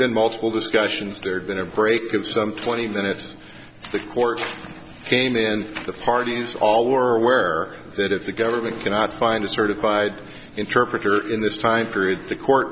been multiple discussions there'd been a break of some twenty minutes the court came in and the parties all were aware that if the government cannot find a certified interpreter in this time period the court